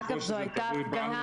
ככל שזה תלוי בנו,